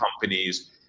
companies